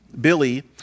Billy